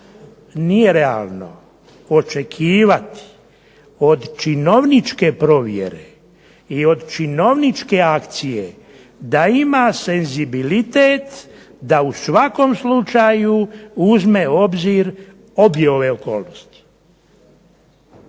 nije realno očekivati od činovničke provjere i od činovničke akcije da ima senzibilitet da u svakom slučaju uzme u obzir obje ove okolnosti.